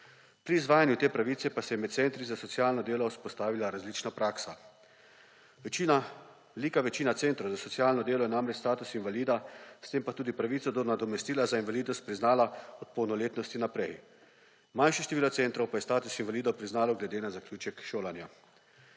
Pri izvajanju te pravice pa se je med centri za socialno delo vzpostavila različna praksa. Velika večina centrov za socialno delo je namreč status invalida, s tem pa tudi pravico do nadomestila za invalidnost, priznala od polnoletnosti naprej, manjše število centrov pa je status invalida priznalo glede na zaključek šolanja.